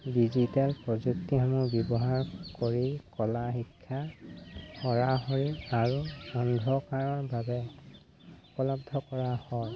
digital প্ৰযুক্তিসমূহ ব্যৱহাৰ কৰি কলা শিক্ষা কৰা হয় আৰু অন্ধকাৰৰ বাবে উপলব্ধ কৰা হয়